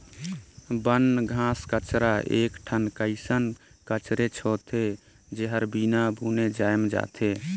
बन, घास कचरा एक ठन कइसन कचरेच होथे, जेहर बिना बुने जायम जाथे